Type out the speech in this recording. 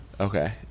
okay